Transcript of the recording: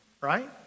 right